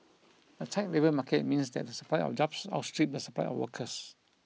a tight labour market means that the supply of jobs outstrip the supply of workers